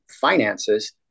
finances